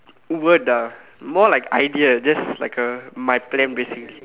word டா:daa more like idea this is like a my plan basically